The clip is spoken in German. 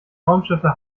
raumschiffe